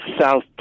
South